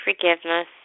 forgiveness